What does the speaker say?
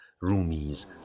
Rumi's